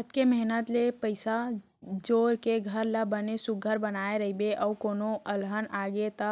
अतेक मेहनत ले पइसा जोर के घर ल बने सुग्घर बनाए रइबे अउ कोनो अलहन आगे त